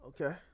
Okay